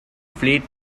fleet